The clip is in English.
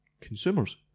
consumers